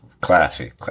classy